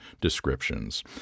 descriptions